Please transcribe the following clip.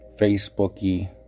Facebooky